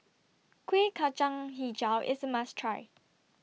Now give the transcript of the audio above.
Kueh Kacang Hijau IS A must Try